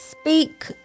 Speak